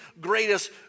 greatest